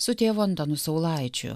su tėvu antanu saulaičiu